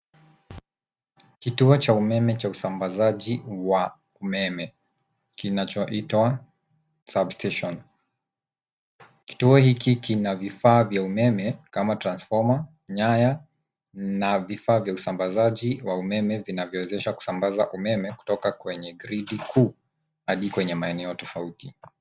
Kituo cha umeme cha usambazaji wa umeme kinachoitwa substation . Kituo hiki kina vifaa vya umeme kama transfoma , nyanya na vifaa vya usambazi wa umeme vinavyowezesha kusambaza umeme kutoka kwenye gridi kuu hadi kwenye maeneo tofauti.